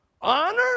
honor